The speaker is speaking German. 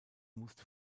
musste